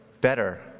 better